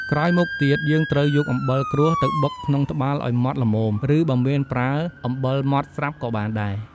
ក្រោយមកទៀត យើងត្រូវយកអំបិលក្រួសទៅបុកក្នុងត្បាល់ឱ្យម៉ដ្ឋល្មម ឬ បើមាន ប្រើអំបិលម៉ដ្តស្រាប់ក៏បានដែរ។